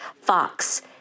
fox